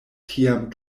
tiam